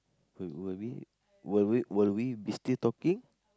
will will we will we will we be still talking